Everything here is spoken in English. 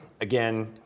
again